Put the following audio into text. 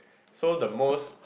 so the most